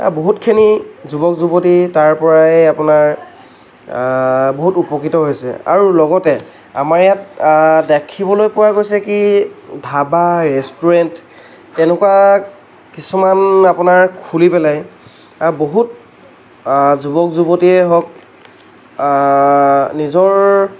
বহুতখিনি যুৱক যুৱতী তাৰ পৰাই আপোনাৰ বহুত উপকৃত হৈছে আৰু লগতে আমাৰ ইয়াত দেখিবলৈ পোৱা গৈছে কি ধাবা ৰেষ্টুৰেণ্ট তেনেকুৱা কিছুমান আপোনাৰ খুলি পেলাই তেনেকুৱা বহুত যুৱক যুৱতীয়ে হওক নিজৰ